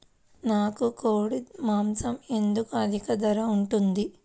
నాకు కోడి మాసం ఎందుకు అధిక ధర ఉంటుంది?